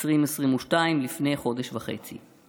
2022 לפני חודש וחצי.